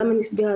למה נסגרה,